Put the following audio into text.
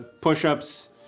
push-ups